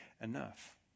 enough